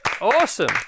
Awesome